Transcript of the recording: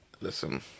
listen